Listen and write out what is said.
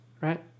right